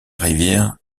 rivière